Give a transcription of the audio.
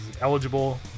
eligible